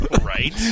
Right